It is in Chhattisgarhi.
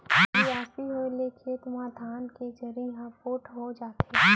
बियासी होए ले खेत म धान के जरी ह पोठ हो जाथे